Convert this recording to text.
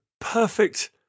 perfect